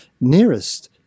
nearest